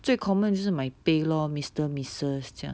最 common 只是买杯 lor mister missus 这样